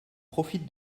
profite